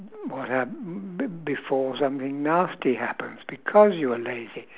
what hap~ be~ before something nasty happens because you are lazy